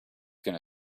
gonna